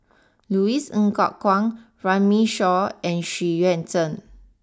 Louis Ng Kok Kwang Runme Shaw and Xu Yuan Zhen